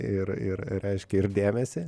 ir ir reiškia ir dėmesį